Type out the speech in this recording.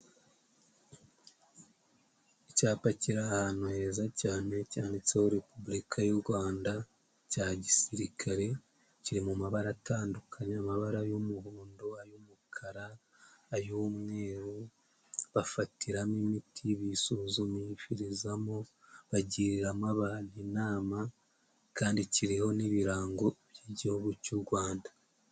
Icyapa kiri ahantu heza cyane cyanditseho repubulika y'u Rwanda, cya gisirikare kiri mu mabara atandukanye, amabara y'umuhondo y'umukara, ay'umweru bafatiramo imiti bisuzumishirizamo, bagiriramo abantu inama kandi kiriho n'ibirango by'igihugu cy'u Rwanda.